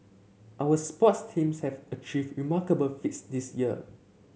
our sports teams have achieved remarkable feats this year